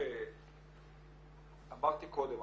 אמרתי קודם,